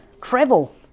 travel